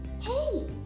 Hey